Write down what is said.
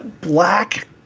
Black